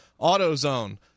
AutoZone